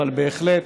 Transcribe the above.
אבל בהחלט,